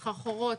סחרחורות,